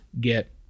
get